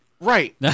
Right